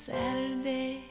Saturday